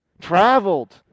Traveled